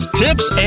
tips